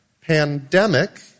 Pandemic